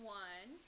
one